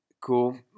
Cool